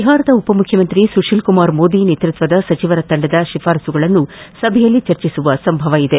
ಬಿಹಾರದ ಉಪ ಮುಖ್ಯಮಂತ್ರಿ ಸುಶೀಲ್ ಕುಮಾರ್ ಮೋದಿ ನೇತೃತ್ವದ ಸಚಿವರ ತಂಡದ ಶಿಪಾರಸುಗಳನ್ನು ಸಭೆಯಲ್ಲಿ ಚರ್ಚಿಸುವ ಸಂಭವವಿದೆ